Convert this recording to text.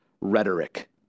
rhetoric